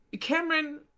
Cameron